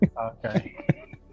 Okay